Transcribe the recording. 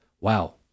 Wow